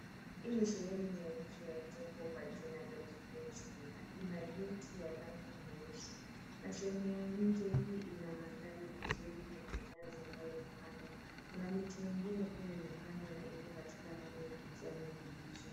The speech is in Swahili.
Hii ni sehemu ya nje ya jengo kwa jina Dolphin's Vilaa. Ina geti ya rangi nyeusi na sehemu ya nje hii ina manthari mazuri. Kuna minazi ambayo imepandwa, kuna miti mingine pia imepandwa na iko katika rangi ya kijani kibichi.